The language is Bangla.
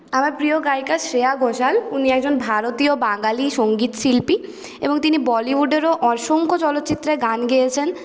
আমার প্রিয় গায়িকা শ্রেয়া ঘোষাল উনি একজন ভারতীয় বাঙালি সংগীত শিল্পি এবং তিনি বলিউডেরও অসংখ্য চলচ্চিত্রে গান গেয়েছেন